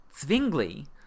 Zwingli